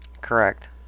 correct